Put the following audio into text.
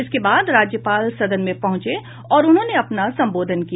इसके बाद राज्यपाल सदन में पहुंचे और उन्होंने अपना संबोधन किया